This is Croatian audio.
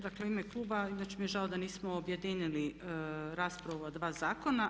Dakle, u ime kluba, inače mi je žao da nismo objedinili raspravu o ova dva zakona.